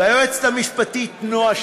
ליועצת המשפטית נועה,